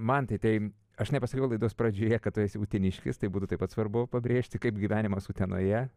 mantai tai aš nepasakiau laidos pradžioje kad tu esi uteniškis tai būtų taip pat svarbu pabrėžti kaip gyvenimas utenoje